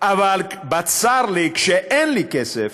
אבל בצר לי, כשאין לי כסף,